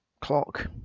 clock